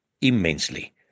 immensely